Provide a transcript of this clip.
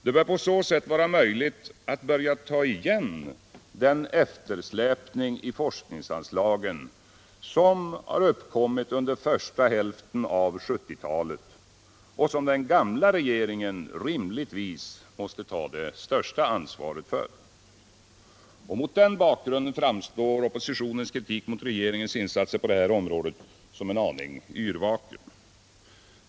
Det bör på så sätt vara möjligt att börja att ta igen den eftersläpning i forskningsanslagen som uppkommit under första hälften av 1970-talet och som den gamla regeringen rimligtvis måste ta det största ansvaret för. Mot den bakgrunden framstår oppositionens kritik mot regeringens insatser på detta område som en aning yrvaken.